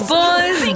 boys